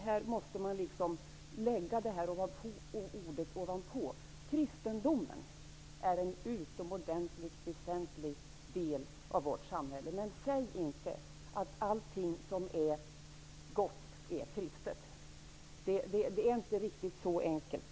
Här måste man lägga detta ord ovanpå. Kristendomen är en utomordentligt väsentlig del av vårt samhälle. Men säg inte att allting som är gott är kristet. Det är inte riktigt så enkelt.